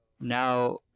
now